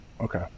Okay